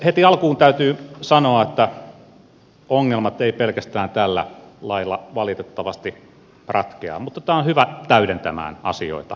heti alkuun täytyy sanoa että ongelmat eivät pelkästään tällä lailla valitettavasti ratkea mutta tämä on hyvä täydentämään asioita